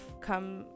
come